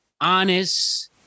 honest